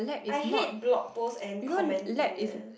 I hate blog post and commenting eh